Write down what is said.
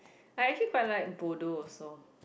I actually quite like bodoh also